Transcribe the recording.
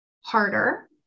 harder